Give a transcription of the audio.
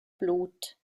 blut